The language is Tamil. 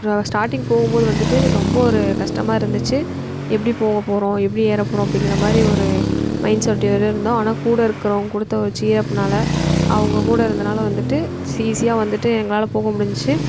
ரோ ஸ்டார்ட்டிங் போகும்போது வந்துட்டு ரொம்ப ஒரு கஷ்டமா இருந்துச்சு எப்படி போகப் போகிறோம் எப்படி ஏறப் போகிறோம் அப்படிங்குற மாதிரி ஒரு மைண்ட் செட் ஓட இருந்தோம் ஆனால் கூட இருக்கிறவங்க கொடுத்த ஒரு சியரப்னால் அவங்ககூட இருந்தனால் வந்துட்டு ஈசியாக வந்துட்டு எங்களால் போக முடிஞ்சுச்சு